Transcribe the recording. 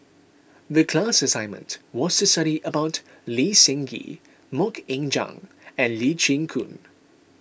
the class assignment was to study about Lee Seng Gee Mok Ying Jang and Lee Chin Koon